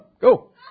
go